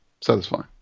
satisfying